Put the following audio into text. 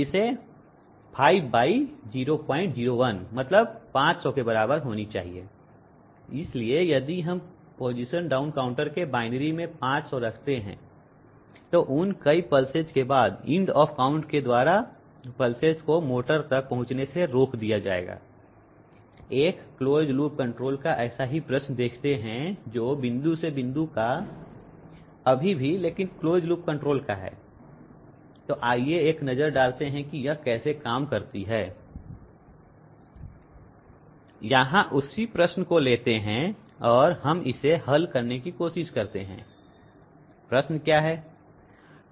इसे 5 001 500 के बराबर होना चाहिए इसलिए यदि हम पोजीशन डाउन काउंटर के बायनरी में 500 रखते हैं तो उन कई पल्सेस के बाद इंड ऑफ काउंट के द्वारा पल्सेस को मोटर तक पहुंचने से रोक दिया जाएगा एक क्लोज लूप कंट्रोल का ऐसा ही प्रश्न देखते हैं जो बिंदु से बिंदु का अभी भी लेकिन क्लोज लूप कंट्रोल का है तो आइए एक नजर डालते हैं कि यह कैसे काम करती है यहां उसी प्रश्न को लेते है और हम इसे हल करने की कोशिश करते हैं प्रश्न क्या है